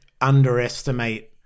underestimate